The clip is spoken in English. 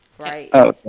right